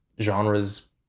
genres